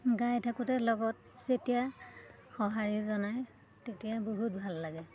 গাই থাকোঁতে লগত যেতিয়া সঁহাৰি জনাই তেতিয়া বহুত ভাল লাগে